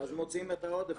מוציאים את העודף,